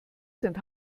sind